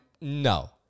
No